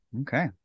Okay